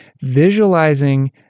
visualizing